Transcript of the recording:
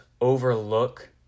overlook